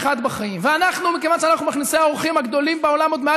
האם יש לנו גזענות גדולה מזו?